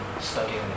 studying